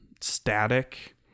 static